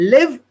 Live